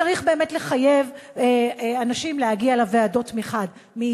צריך באמת לחייב אנשים להגיע לוועדות מחד-גיסא,